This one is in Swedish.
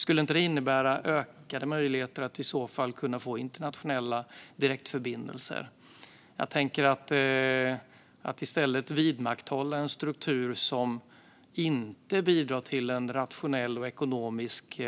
Skulle inte det innebära ökade möjligheter att få internationella direktförbindelser? Att i stället vidmakthålla en struktur som inte bidrar till ett rationellt och ekonomiskt